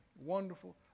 wonderful